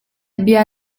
bia